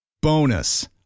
Bonus